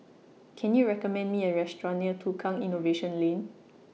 Can YOU recommend Me A Restaurant near Tukang Innovation Lane